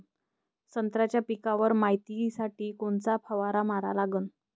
संत्र्याच्या पिकावर मायतीसाठी कोनचा फवारा मारा लागन?